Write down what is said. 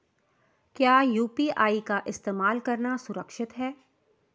क्या यू.पी.आई का इस्तेमाल करना सुरक्षित है?